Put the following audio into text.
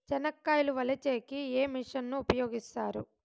చెనక్కాయలు వలచే కి ఏ మిషన్ ను ఉపయోగిస్తారు?